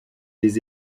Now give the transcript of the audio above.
des